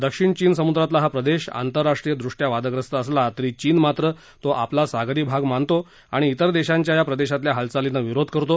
दक्षिण चीन समुद्रातला हा प्रदेश आंतरराष्ट्रीय दृष्ट्या वादग्रस्त असला तरी चीन मात्र तो आपला सागरी भाग मानतो आणि तिर देशांच्या या प्रदेशातल्या हालचालींना विरोध करतो